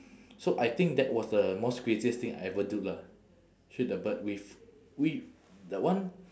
so I think that was the most craziest thing I ever do lah shoot the bird with we that one